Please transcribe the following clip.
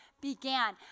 began